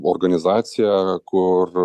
organizaciją kur